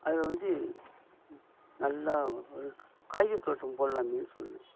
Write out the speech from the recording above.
அதில் வந்து நல்லா இதுக் காய்கறி தோட்டம் போடலாமேன்னு சொன்னேன்